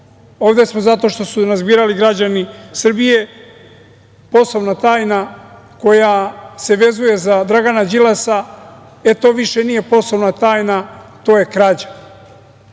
ovde smo zato što su nas birali građani Srbije, poslovna tajna koja se vezuje za Dragana Đilasa, e, to više nije poslovna tajna, to je krađa.